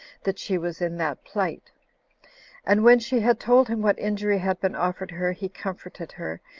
that she was in that plight and when she had told him what injury had been offered her, he comforted her,